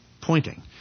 pointing